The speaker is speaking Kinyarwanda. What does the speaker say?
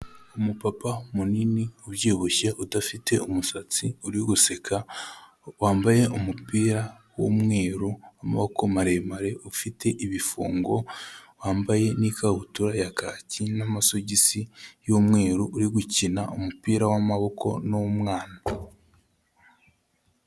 Umupapa munini ubyibushye udafite umusatsi uri guseka, wambaye umupira w'umweru w'amaboko maremare ufite ibifungo, wambaye n'ikabutura ya kaki n'amasogisi y'umweru, uri gukina umupira w'amaboko n'umwana.